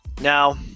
Now